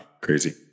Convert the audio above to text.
Crazy